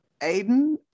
Aiden